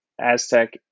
Aztec